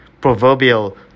proverbial